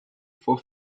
for